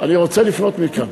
אני רוצה לפנות מכאן